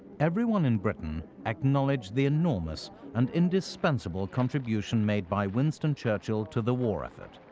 everyone in britain acknowledged the enormous and indispensable contribution made by winston churchill to the war effort.